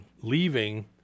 leaving